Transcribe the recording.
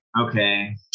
okay